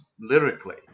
lyrically